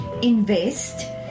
Invest